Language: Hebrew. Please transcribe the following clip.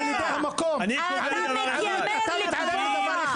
אתה מתיימר לקבוע,